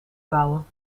bouwen